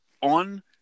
on